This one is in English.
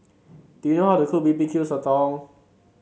do you know how to cook B B Q Sotong